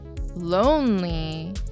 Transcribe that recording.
lonely